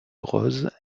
rose